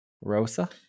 Rosa